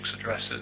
addresses